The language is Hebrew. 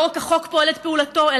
לא רק החוק פועל את פעולתו,